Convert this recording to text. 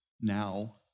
now